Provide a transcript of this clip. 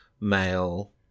male